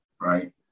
right